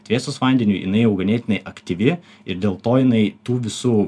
atvėsus vandeniui jinai jau ganėtinai aktyvi ir dėl to jinai tų visų